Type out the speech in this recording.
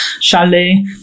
chalet